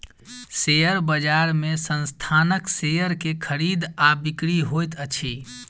share बजार में संस्थानक शेयर के खरीद आ बिक्री होइत अछि